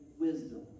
wisdom